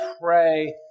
pray